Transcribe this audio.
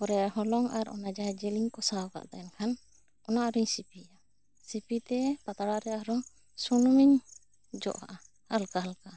ᱛᱟᱵᱽ ᱨᱮ ᱦᱚᱞᱚᱝ ᱟᱨ ᱡᱤᱞ ᱤᱧ ᱠᱚᱥᱟᱣ ᱟᱠᱟᱫ ᱛᱟᱦᱮᱱᱠᱷᱟᱱ ᱚᱱᱟ ᱨᱤᱧ ᱥᱤᱯᱤᱭᱟ ᱥᱤᱯᱤ ᱛᱮ ᱟᱨ ᱦᱚᱸ ᱯᱟᱛᱲᱟ ᱨᱮ ᱥᱩᱱᱩᱢ ᱤᱧ ᱡᱚᱜ ᱟᱜ ᱟ ᱦᱟᱞᱠᱟ ᱦᱟᱞᱠᱟ